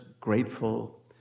grateful